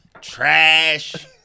trash